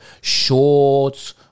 Shorts